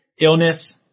illness